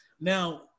now